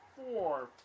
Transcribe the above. Four